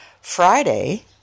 Friday